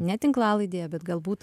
ne tinklalaidėje bet galbūt